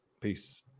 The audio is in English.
Peace